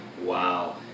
Wow